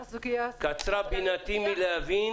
קצרה בינתי מלהבין